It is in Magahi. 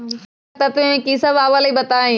पोषक तत्व म की सब आबलई बताई?